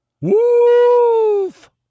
Wolf